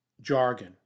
jargon